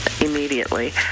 Immediately